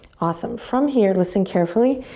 awesome, from here, listen carefully,